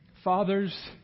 Fathers